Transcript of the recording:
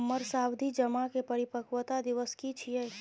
हमर सावधि जमा के परिपक्वता दिवस की छियै?